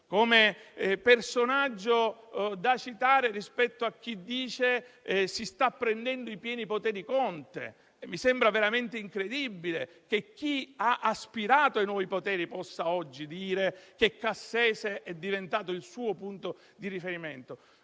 e personaggio da citare rispetto a chi sostiene che Conte sta prendendo i pieni poteri; mi sembra veramente incredibile che chi ha aspirato ai nuovi poteri possa oggi dire che Cassese è diventato il suo punto di riferimento.